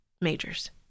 majors